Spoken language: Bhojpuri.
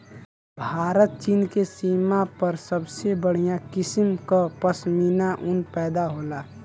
भारत चीन के सीमा पर सबसे बढ़िया किसम क पश्मीना ऊन पैदा होला